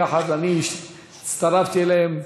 ואני הצטרפתי אליהן,